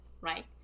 right